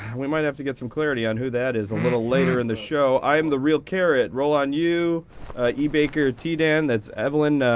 we might have to get some clarity on who that is a little later in the show. iamtherealcarrot, rollonyou ebaker, tdan, that's evelyn.